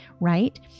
right